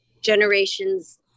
generations